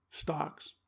stocks